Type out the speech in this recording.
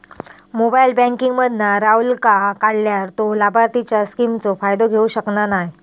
mobile banking मधना राहूलका काढल्यार तो लाभार्थींच्या स्किमचो फायदो घेऊ शकना नाय